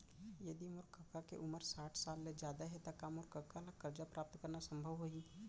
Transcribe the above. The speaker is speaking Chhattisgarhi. यदि मोर कका के उमर साठ साल ले जादा हे त का मोर कका ला कर्जा प्राप्त करना संभव होही